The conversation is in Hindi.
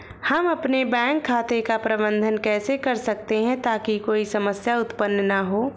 हम अपने बैंक खाते का प्रबंधन कैसे कर सकते हैं ताकि कोई समस्या उत्पन्न न हो?